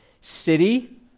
city